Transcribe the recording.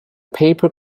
paper